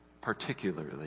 particularly